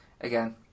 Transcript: Again